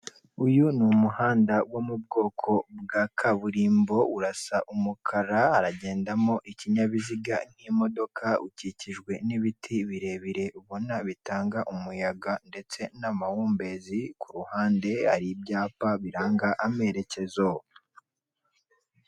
Uyu ni umuhanda wo mu bwoko bwa kaburimbo urasa umukara, haragendamo ikinyabiziga nk'imodoka, ukikijwe n'ibiti birebire ubona bitanga umuyaga ndetse n'amahumbezi, ku ruhande hari ibyapa biranga amerekezo.